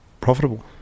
profitable